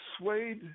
swayed